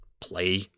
play